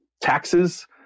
taxes